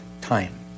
time